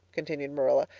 continued marilla.